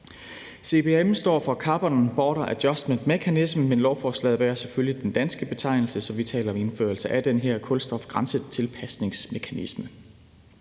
CBAM står for Carbon Border Adjustment Mechanism, men lovforslaget bærer selvfølgelig den danske betegnelse, så vi taler om indførelse af den her kulstofgrænsetilpasningsmekanisme.